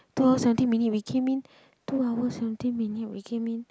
two hour seventeen minute we came in two hour seventeen minute we came in